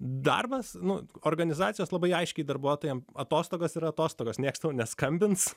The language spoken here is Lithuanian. darbas nuo organizacijos labai aiškiai darbuotojams atostogas ir atostogas niekas tau neskambins